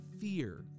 fear